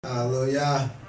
Hallelujah